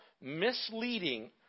misleading